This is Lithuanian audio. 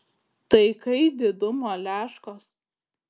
tai kai didumo leškos